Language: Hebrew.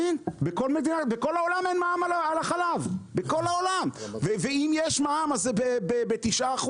בכל העולם אין מע"מ על החלב ואם יש מע"מ, זה ב-9%.